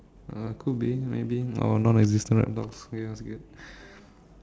uh could be maybe or non existent reptiles oh ya it's okay